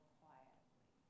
quietly